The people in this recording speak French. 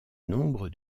nombre